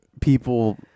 people